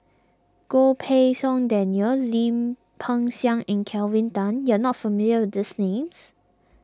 Goh Pei Siong Daniel Lim Peng Siang and Kelvin Tan you are not familiar with these names